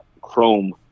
Chrome